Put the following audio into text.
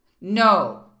no